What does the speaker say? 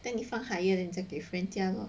then 你放 higher then 给 friend 价 lor